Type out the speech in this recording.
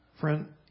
friend